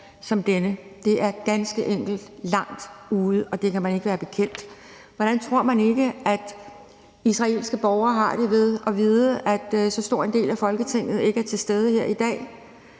som denne. Det er ganske enkelt langt ude, og det kan man ikke være bekendt. Hvordan tror man ikke at israelske borgere har det ved at vide, at så stor en del af Folketinget ikke er til stede her i dag,